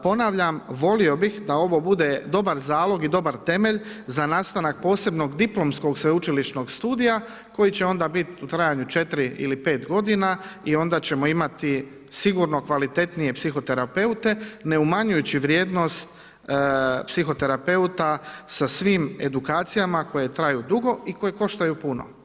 Ponavljam, volio bi da ovo bude dobar zalog i dobar temelj, za nastanak posebnog diplomskog sveučilišnog studija, koji će onda biti u trajanju 4 ili 5 g. i onda ćemo imati sigurno kvalitetnije psihoterapeute, ne umanjujući vrijednost psihoterapeuta, sa svim edukacijama, koje traju dugo i koji koštaju puno.